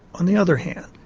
on the other hand,